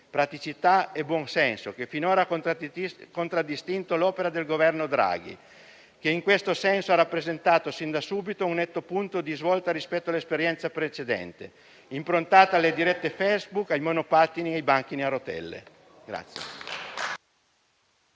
praticità e buon senso che finora hanno contraddistinto l'opera del Governo Draghi, che in questo senso ha rappresentato, sin da subito, un netto punto di svolta rispetto all'esperienza precedente, improntata alle dirette Facebook, ai monopattini e ai banchi a rotelle.